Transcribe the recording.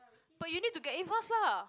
but you need to get in first lah